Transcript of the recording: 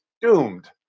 doomed